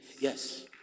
Yes